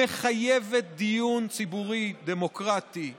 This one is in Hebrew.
שמחייבת דיון ציבורי דמוקרטי עמוק,